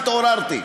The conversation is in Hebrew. התעוררתי.